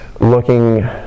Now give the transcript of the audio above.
looking